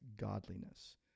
godliness